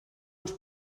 els